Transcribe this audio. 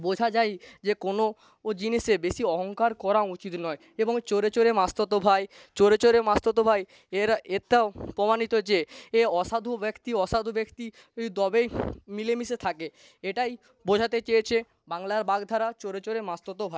বোঝা যায় যে কোনো জিনিসে বেশি অহংকার করা উচিত নয় এবং চোরে চোরে মাসতুতো ভাই চোরে চোরে মাসতুতো ভাই এরা এটাও প্রমাণিত যে অসাধু ব্যক্তি অসাধু ব্যক্তি তবেই মিলেমিশে থাকে এটাই বোঝাতে চেয়েছে বাংলার বাগধারা চোরে চোরে মাসুতুতো ভাই